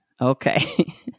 okay